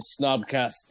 Snobcast